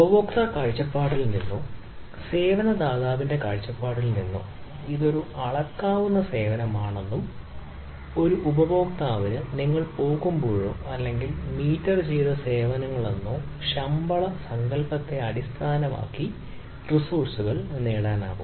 ഉപഭോക്തൃ കാഴ്ചപ്പാടിൽ നിന്നോ സേവന ദാതാവിന്റെ കാഴ്ചപ്പാടിൽ നിന്നോ ഇത് ഒരു അളക്കാവുന്ന സേവനമാണെന്നും ഒരു ഉപഭോക്താവിന് നിങ്ങൾ പോകുമ്പോഴോ അല്ലെങ്കിൽ മീറ്റർ ചെയ്ത സേവനങ്ങളെന്നോ ശമ്പള സങ്കൽപ്പത്തെ അടിസ്ഥാനമാക്കി റിസോഴ്സുകൾ നേടാനാകും